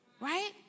right